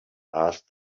asked